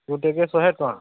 ଗୁଟେକେ ଶହେ ଟଙ୍ଗା